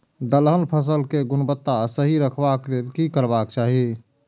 दलहन फसल केय गुणवत्ता सही रखवाक लेल की करबाक चाहि?